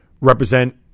represent